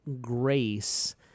grace